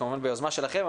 כמובן ביוזמה שלכם,